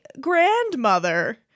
grandmother